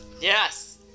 Yes